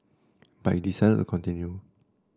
but he decided to continue